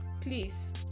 please